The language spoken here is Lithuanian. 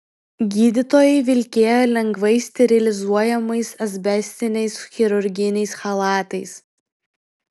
gydytojai vilkėjo lengvai sterilizuojamais asbestiniais chirurginiais chalatais